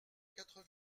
quatre